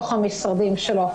למשרדים שלו.